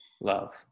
love